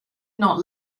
not